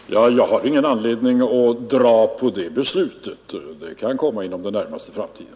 Fru talman! Jag har ingen anledning att dra ut på tiden med det beslutet. Det kan komma inom den närmaste framtiden.